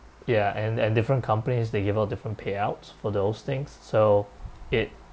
ya and and different companies they give out different payouts for those things so it